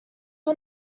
wel